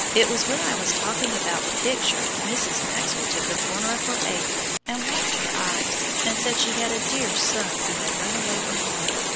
it was when i was talking about the picture mrs. maxwell took the corner of her apron and wiped her eyes, and said she had a dear son who had run away from home,